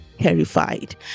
terrified